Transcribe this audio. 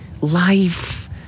Life